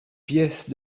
pièce